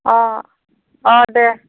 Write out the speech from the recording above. अह अह दे